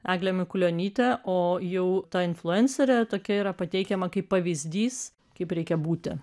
eglė mikulionytė o jau ta influencerė tokia yra pateikiama kaip pavyzdys kaip reikia būti